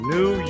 New